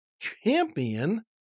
champion